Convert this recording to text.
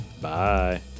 Bye